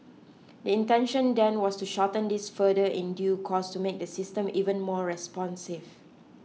the intention then was to shorten this further in due course to make the system even more responsive